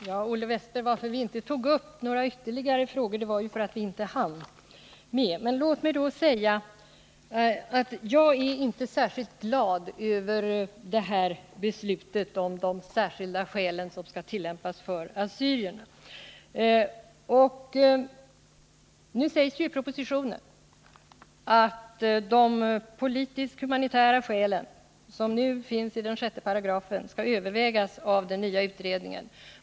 Herr talman! Anledningen till att vi inte tog upp ytterligare frågor, Olle Wästberg i Stockholm, var att vi inte hann med det. Men låt mig säga att jag inte är speciellt glad över beslutet om de särskilda skäl som skall tillämpas för assyrierna. Nu sägs det i propositionen att de politisk-humanitära skälen, som nu finns i 6 §, skall övervägas av den nya utredningen.